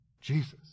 Jesus